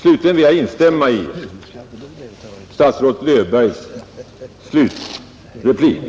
Slutligen vill jag instämma i statsrådet Löfbergs slutreplik.